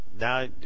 now